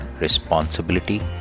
responsibility